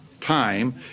time